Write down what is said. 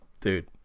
dude